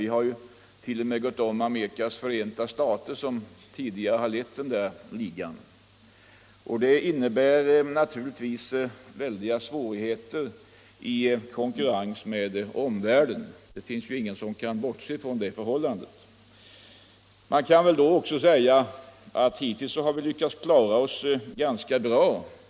Vi har t.o.m. gått om Amerikas förenta stater, som tidigare har lett den ligan. Detta innebär naturligtvis väldiga svårigheter i konkurrensen med omvärlden. Ingen kan bortse från det förhållandet. Hittills har vi lyckats klara oss ganska bra.